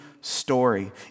story